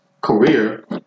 career